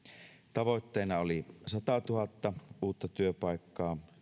tavoitteena oli satatuhatta uutta työpaikkaa